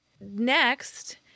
next